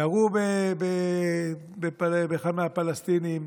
ירו באחד מהפלסטינים,